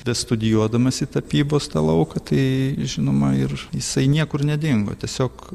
bestudijuodamas į tapybos tą lauką tai žinoma ir jisai niekur nedingo tiesiog